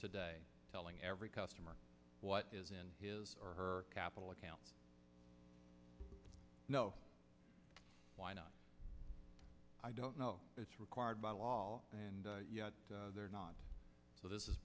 today telling every customer what is in his or her capital account no why not i don't know it's required by law and they're not so this is